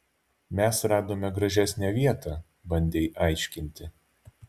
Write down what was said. mes radome gražesnę vietą bandei aiškinti